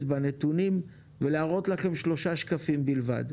בנתונים ולהראות לכם שלושה שקפים בלבד.